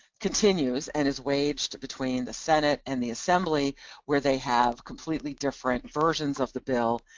continues and is waged between the senate and the assembly where they have completely different versions of the bill,